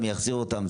מי יחזיר אותם,